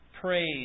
praise